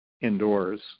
indoors